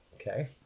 Okay